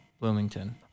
Bloomington